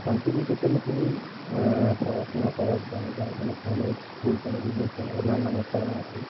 শান্তিনিকেতনে তিনি পড়াশোনা করার জায়গা মানে কলেজ স্কুল কলেজ উনি করা ওনার নামে করা আছে